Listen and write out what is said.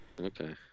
Okay